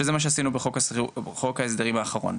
שזה מה שעשינו בחוק ההסדרים האחרון.